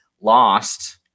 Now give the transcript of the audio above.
lost